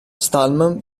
stallman